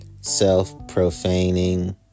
self-profaning